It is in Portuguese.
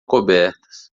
cobertas